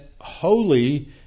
holy